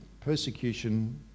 persecution